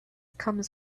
comes